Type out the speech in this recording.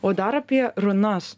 o dar apie runas